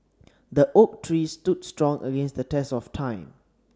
the oak tree stood strong against the test of time